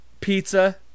pizza